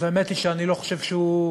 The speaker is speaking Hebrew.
אז האמת היא שאני לא חושב שהוא,